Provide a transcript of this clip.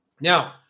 Now